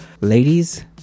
Ladies